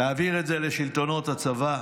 תעביר את זה לשלטונות הצבא,